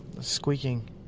Squeaking